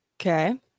okay